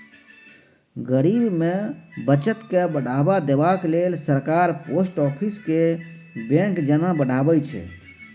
गरीब मे बचत केँ बढ़ावा देबाक लेल सरकार पोस्ट आफिस केँ बैंक जेना बढ़ाबै छै